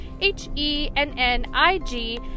H-E-N-N-I-G